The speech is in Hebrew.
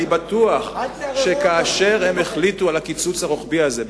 אני בטוח שכאשר הם החליטו על הקיצוץ הרוחבי הזה,